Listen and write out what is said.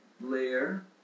layer